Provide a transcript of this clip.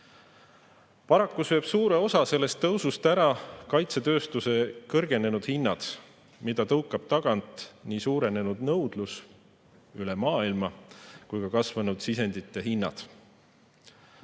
Paraku söövad suure osa sellest tõusust ära kaitsetööstuse kõrgenenud hinnad, mida tõukab tagant nii suurenenud nõudlus üle maailma kui ka kasvanud sisendite hinnad.